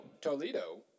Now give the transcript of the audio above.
Toledo